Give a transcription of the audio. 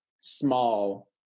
small